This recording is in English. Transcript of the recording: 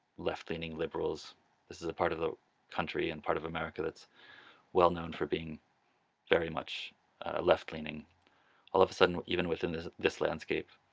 left-leaning liberals this is a part of the country and part of america that's well known for being very much left-leaning all of a sudden even within this this landscape,